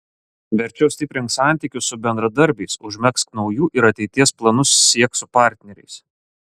verčiau stiprink santykius su bendradarbiais užmegzk naujų ir ateities planus siek su partneriais